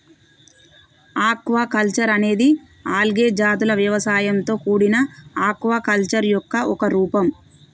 aquaculture అనేది algae జాతుల వ్యవసాయంతో కూడిన ఆక్వాకల్చర్ యొక్క ఒక రూపం